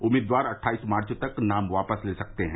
उम्मीदवार अट्ठाईस मार्च तक नाम वापस ले सकते हैं